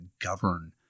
govern